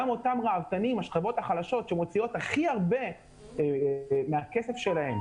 גם אותם רעבתנים השכבות החלשות שמוציאות הכי הרבה מהכסף שלהן